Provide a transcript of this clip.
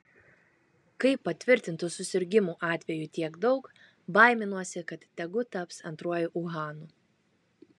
kai patvirtintų susirgimų atvejų tiek daug baiminuosi kad tegu taps antruoju uhanu